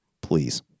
please